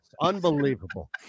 Unbelievable